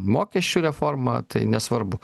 mokesčių reforma tai nesvarbu